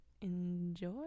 Enjoy